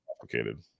complicated